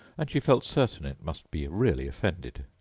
and she felt certain it must be really offended.